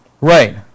Right